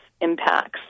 impacts